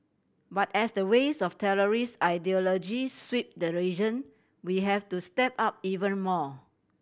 but as the waves of terrorist ideology sweep the region we have to step up even more